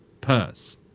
purse